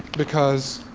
because